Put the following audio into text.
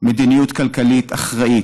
מדיניות כלכלית אחראית.